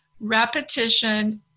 repetition